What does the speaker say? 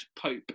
Pope